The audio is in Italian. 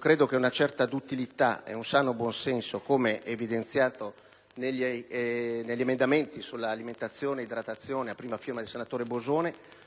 Credo che una certa duttilità e un sano buon senso, come evidenziato negli emendamenti sull'alimentazione e l'idratazione, a prima firma del senatore Bosone,